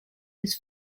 his